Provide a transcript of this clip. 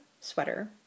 Sweater